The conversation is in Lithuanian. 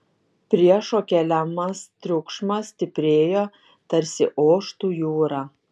priešo keliamas triukšmas stiprėjo tarsi oštų jūra